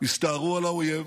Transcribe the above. הסתערו על האויב,